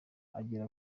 agera